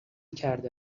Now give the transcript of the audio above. کرده